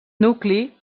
nucli